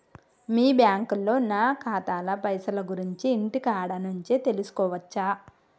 మీ బ్యాంకులో నా ఖాతాల పైసల గురించి ఇంటికాడ నుంచే తెలుసుకోవచ్చా?